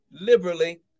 liberally